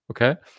Okay